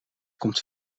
komt